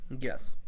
Yes